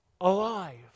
alive